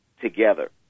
together